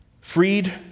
Freed